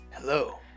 Hello